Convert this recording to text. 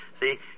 See